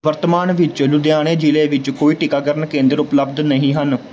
ਵਰਤਮਾਨ ਵਿੱਚ ਲੁਧਿਆਣੇ ਜ਼ਿਲ੍ਹੇ ਵਿੱਚ ਕੋਈ ਟੀਕਾਕਰਨ ਕੇਂਦਰ ਉਪਲੱਬਧ ਨਹੀਂ ਹਨ